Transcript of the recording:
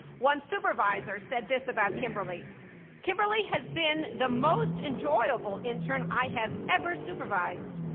one supervisor said this about kimberly kimberly has been the most enjoyable intern i have ever supervised.